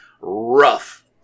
rough